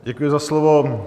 Děkuji za slovo.